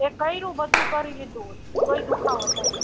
એ કર્યું બધું ય કરી લીધું તો ય દુ ખાવો થાય છે